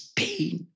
pain